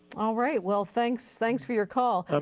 all right, well thanks thanks for your call.